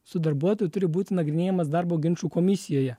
su darbuotoju turi būti nagrinėjamas darbo ginčų komisijoje